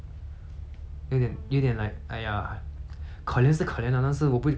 可怜是可怜 lah 但是我不会可怜自己 lah 如果我可怜自己的话 hor !wah!